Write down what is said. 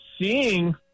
seeing